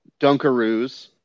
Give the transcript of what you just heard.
dunkaroos